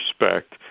respect